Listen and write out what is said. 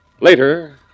Later